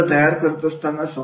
संघ तयार करत असताना